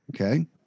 Okay